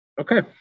Okay